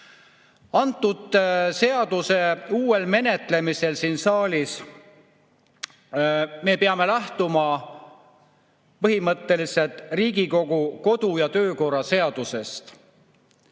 seaduse uuel menetlemisel siin saalis me peame lähtuma põhimõtteliselt Riigikogu kodu- ja töökorra seadusest.